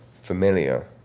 familiar